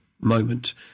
moment